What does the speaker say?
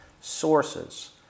sources